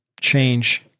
change